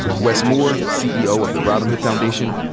wes moore, ceo of the robin hood foundation,